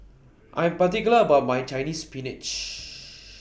I Am particular about My Chinese Spinach